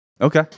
Okay